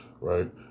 right